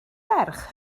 ferch